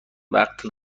وقت